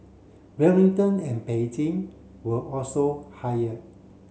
Wellington and Beijing were also higher